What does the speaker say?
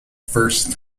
first